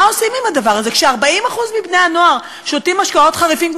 מה עושים עם הדבר הזה כש-40% מבני-הנוער שותים משקאות חריפים,